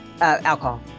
Alcohol